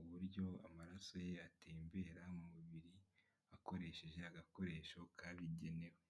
uburyo amaraso ye atembera mu mubiri, akoresheje agakoresho kabigenewe.